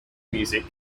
music